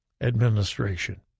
administration